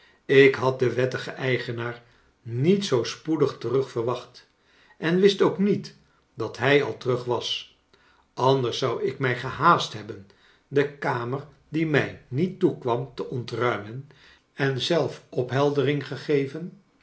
ik had den wettigen eigenaar niet zoo spoedig terug verwacht en wist ook niet dat hij al terug was anders zou ik mij gehaast hebben de kamer die mij niet toekwam te ontruimen en zelf opheldering gegeven